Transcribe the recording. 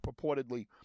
purportedly